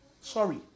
Sorry